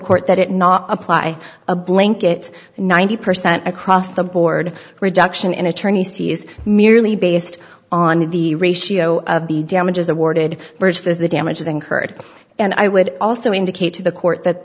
court that it not apply a blanket ninety percent across the board reduction in attorney's fees merely based on the ratio of the damages awarded bridge the damages incurred and i would also indicate to the court that